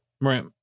Right